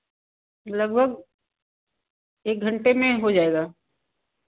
लगभग एक घंटे में हो जाएगा